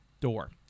door